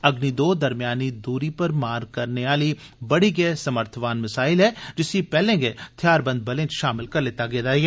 अग्नि दो दरमेयानी दूरी पर मार करने आली बड़ी गै समर्थवान मिसाइल ऐ जिसी पैहले गै थेआरबंद बलें च शामल करी लैता गेदा ऐ